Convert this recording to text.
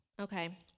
okay